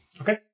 Okay